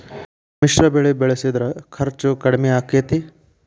ಮಿಶ್ರ ಬೆಳಿ ಬೆಳಿಸಿದ್ರ ಖರ್ಚು ಕಡಮಿ ಆಕ್ಕೆತಿ?